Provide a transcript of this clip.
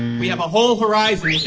we have a whole horizon,